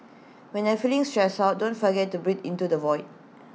when you are feeling stressed out don't forget to breathe into the void